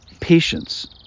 patience